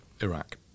iraq